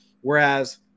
whereas